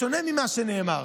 בשונה ממה שנאמר,